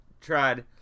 tried